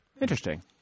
Interesting